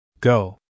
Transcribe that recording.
Go